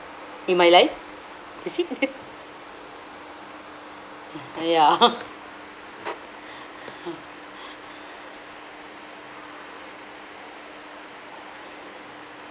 in my life ya